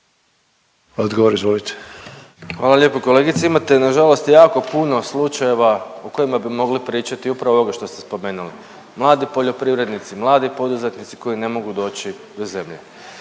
(Socijaldemokrati)** Hvala lijepo kolegice. Imate nažalost jako puno slučajeva u kojima bi mogli pričati upravo ovome što ste spomenuli. Mladi poljoprivrednici, mladi poduzetnici koji ne mogu doći do zemlje.